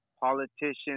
politicians